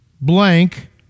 blank